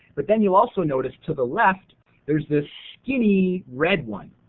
but then you'll also notice to the left there's the skinny red one